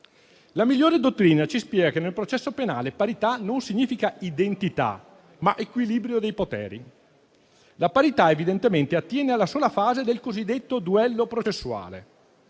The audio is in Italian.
La migliore dottrina ci spiega che nel processo penale parità significa non identità, ma equilibrio dei poteri. La parità, evidentemente, attiene alla sola fase del cosiddetto duello processuale.